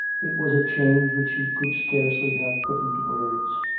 it was a change which she could scarcely have put into words,